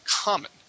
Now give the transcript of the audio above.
common